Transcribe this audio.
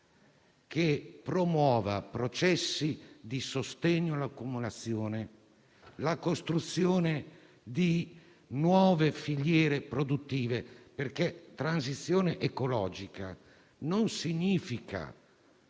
che promuova processi di sostegno all'accumulazione e la costruzione di nuove filiere produttive. Transizione ecologica non significa